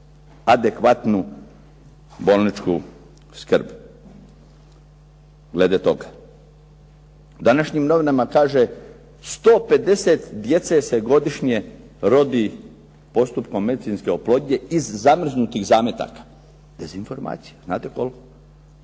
adekvatnu bolničku skrb glede toga. U današnjim novinama kaže 150 djece se godišnje rodi postupkom medicinske oplodnje iz zamrznutih zametaka. Dezinformacija. Znate koliko?